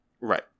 Right